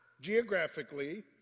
geographically